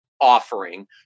offering